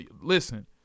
listen